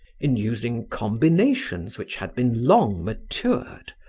in using combinations which had been long matured,